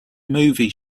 movie